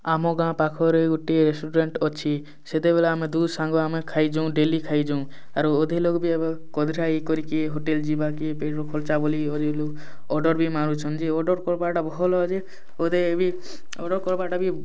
ଆମ ଗାଁ ପାଖରେ ଗୋଟିଏ ରେଷ୍ଟୁରାଣ୍ଟ୍ ଅଛି ସେତେବେଳେ ଆମେ ଦୁଇ ସାଙ୍ଗ ଆମେ ଖାଇ ଯାଉଁ ଡେଲି ଖାଇ ଯାଉଁ ଆରୁ ଅଧେ ଲୋକ ବି ହବ କରିକି ହୋଟେଲ୍ ଯିବା କି ପେଟ୍ରୁ ଖର୍ଚ୍ଚା ବୋଲି ଗରିବ୍ ଲୋକ ଅର୍ଡ଼ର୍ ବି ମାରୁଛନ୍ ଯେ ଅର୍ଡ଼ର୍ କର୍ବାଟା ଭଲ ଯେ କଲେ ବି ଅର୍ଡ଼ର୍ କର୍ବାଟା ବି